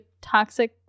toxic